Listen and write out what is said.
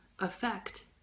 effect